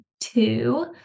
two